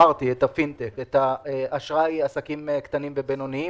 את הפינטק, את האשראי לעסקים קטנים ובינוניים,